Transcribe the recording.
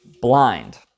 blind